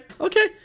okay